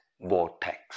vortex